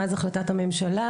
מאז החלטת הממשלה,